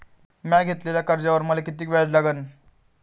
म्या घेतलेल्या कर्जावर मले किती व्याज लागन?